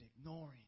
ignoring